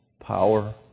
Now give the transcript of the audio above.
power